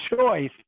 choice